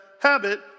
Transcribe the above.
habit